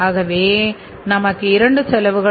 ஆகவே நமக்கு இரண்டுசெலவுகள்